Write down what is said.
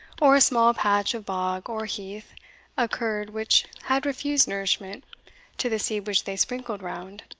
or a small patch of bog or heath occurred which had refused nourishment to the seed which they sprinkled round,